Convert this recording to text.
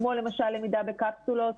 כמו למידה בקפסולות,